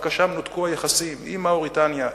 דווקא אז נותקו היחסים עם מאוריטניה,